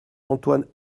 antoine